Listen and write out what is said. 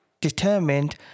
determined